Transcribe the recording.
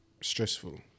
stressful